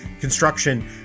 construction